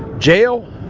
jail,